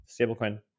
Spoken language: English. stablecoin